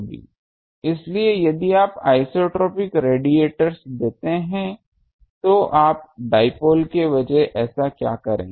इसलिए यदि आप आइसोट्रोपिक रेडिएटर्स देते हैं तो आप डाइपोल के बजाय ऐसा क्या करेंगे